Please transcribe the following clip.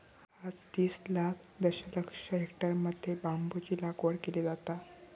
आज तीस लाख दशलक्ष हेक्टरमध्ये बांबूची लागवड केली जाता